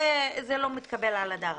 זה לא מתקבל על הדעת.